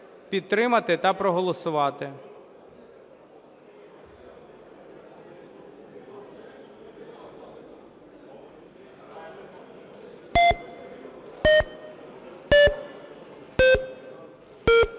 підтримати та проголосувати.